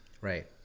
right